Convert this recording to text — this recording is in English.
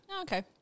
Okay